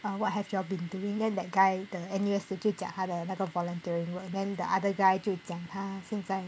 what have you all been doing then that guy the N_U_S 的就讲他的那个 volunteering work then the other guy 就讲他现在